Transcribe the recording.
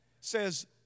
says